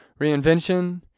reinvention